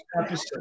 episode